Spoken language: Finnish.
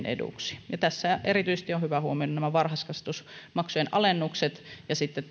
eduksi ja tässä erityisesti on hyvä huomioida varhaiskasvatusmaksujen alennukset ja sitten